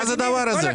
מה זה הדבר הזה?